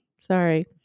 sorry